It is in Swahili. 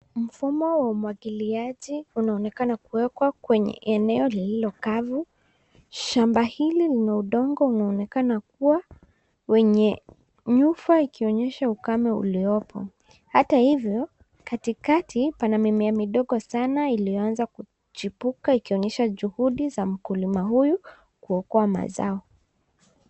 Mfumo wa umwagiliaji unaonekana kuwekwa kwenye eneo lililokavu. Shamba hili lina udongo unaoonekana kuwa wenye nyufa ikioyesha ukame uliopo. Hata hivyo, katikati pana mimea midogo sana iliyoanza kuchipika ikionyesha juhudi za mkulima huyu kuokoa mazao.